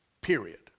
period